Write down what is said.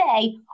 today